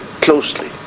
closely